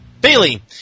Bailey